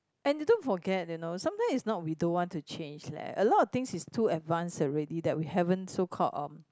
and they don't forget you know sometimes is not we don't want to change leh a lot of things is too advanced already that we haven't so called uh